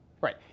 right